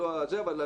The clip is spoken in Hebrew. זה